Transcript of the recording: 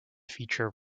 feature